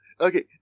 Okay